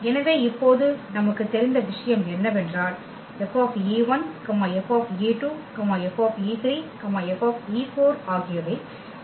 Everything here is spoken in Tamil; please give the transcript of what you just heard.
எனவே இப்போது நமக்குத் தெரிந்த விஷயம் என்னவென்றால் F F F F ஆகியவை F ன் பிம்பத்தை பரப்புகின்றன